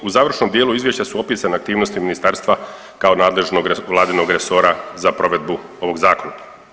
U završnom dijelu izvješća su opisane aktivnosti ministarstva kao nadležnog vladinog resora za provedbu ovog zakona.